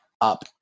up